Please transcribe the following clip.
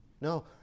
No